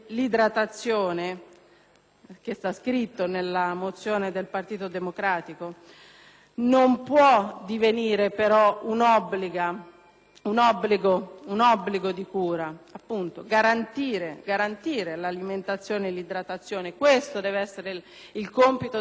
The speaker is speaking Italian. come sta scritto nella mozione del Partito Democratico, non può divenire un obbligo di cura. Garantire l'alimentazione e l'idratazione: questo deve essere il compito dello Stato e delle leggi